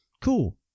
Cool